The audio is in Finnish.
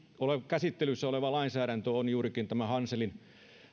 käsittelyssä oleva lainsäädäntö on juurikin tämän